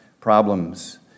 problems